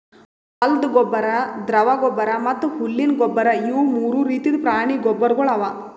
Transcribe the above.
ಹೊಲ್ದ ಗೊಬ್ಬರ್, ದ್ರವ ಗೊಬ್ಬರ್ ಮತ್ತ್ ಹುಲ್ಲಿನ ಗೊಬ್ಬರ್ ಇವು ಮೂರು ರೀತಿದ್ ಪ್ರಾಣಿ ಗೊಬ್ಬರ್ಗೊಳ್ ಅವಾ